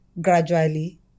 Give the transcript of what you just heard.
gradually